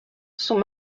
sont